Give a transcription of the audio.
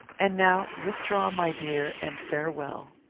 and now, withdraw, my dear, and farewell.